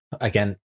again